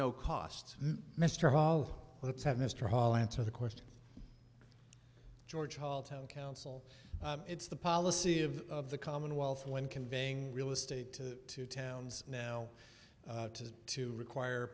no cost mr hall let's have mr hall answer the question george hall town council it's the policy of of the commonwealth when conveying real estate to towns now has to require